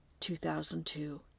2002